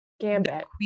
gambit